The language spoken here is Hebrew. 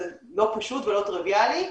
זה לא פשוט ולא טריוויאלי,